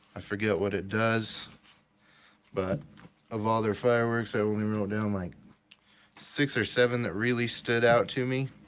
i forget what it does but of all their fireworks i only wrote down like six or seven that really stood out to me.